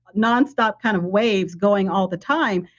nonstop kind of waves going all the time.